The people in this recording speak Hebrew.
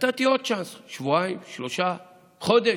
נתתי עוד צ'אנס, שבועיים, שלושה, חודש.